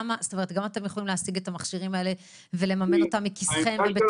אתם יכולים להשיג את המכשירים האלה ולממן אותם מכיסכם העמדה של